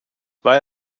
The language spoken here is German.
weil